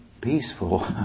peaceful